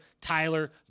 Tyler